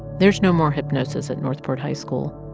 there's no more hypnosis at north port high school.